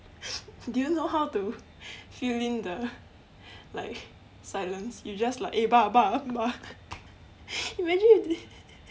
do you know how to fill in the like silence you just like eh ba ba ba imagine if they